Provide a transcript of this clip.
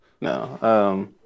No